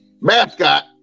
mascot